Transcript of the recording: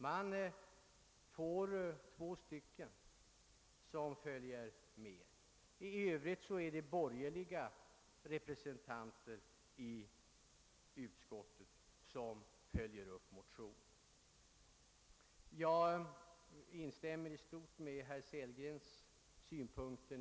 Två socialdemokratiska ledamöter har följt motionärerna — i övrigt är det borgerliga representanter i utskottet som reserverat sig till förmån för motionen. Jag instämmer i stort i herr Sellgrens synpunkter.